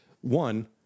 one